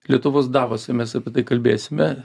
lietuvos davose mes apie tai kalbėsime